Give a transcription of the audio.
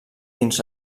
dins